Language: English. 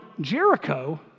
Jericho